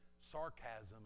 sarcasm